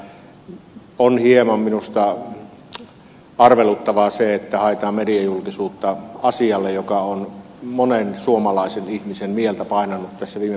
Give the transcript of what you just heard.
minusta on hieman arveluttavaa se että haetaan mediajulkisuutta asialle joka on monen suomalaisen ihmisen mieltä painanut tässä viime vuodet